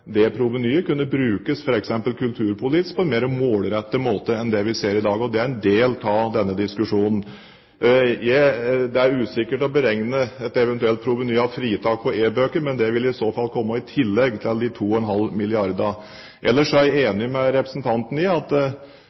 det provenyet kunne brukes f.eks. kulturpolitisk på en mer målrettet måte enn det vi ser i dag. Det er en del av denne diskusjonen. Det er usikkert å beregne et eventuelt proveny av fritak på e-bøker, men det vil i så fall komme i tillegg til de 2,5 milliarder kr. Ellers er jeg enig med representanten i at